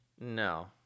No